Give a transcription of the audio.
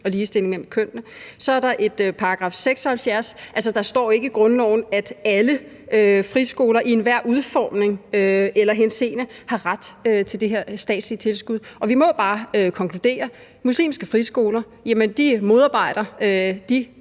og ligestilling mellem kønnene. Så er der § 76. Altså, der står ikke i grundloven, at alle friskoler i enhver udformning eller henseende har ret til det her statslige tilskud, og vi må bare konkludere: Muslimske friskoler modarbejder de